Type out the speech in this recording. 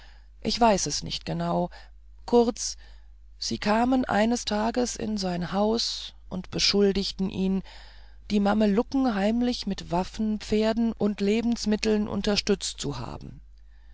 ich weiß es nicht genau kurz sie kamen eines tages in sein haus und beschuldigten ihn die mamelucken heimlich mit waffen pferden und lebensmitteln unterstützt zu haben